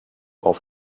auf